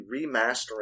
remastering